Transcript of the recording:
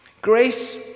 Grace